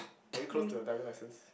are you close to a diving licence